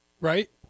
right